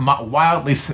wildly